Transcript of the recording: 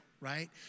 right